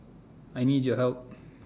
I need your help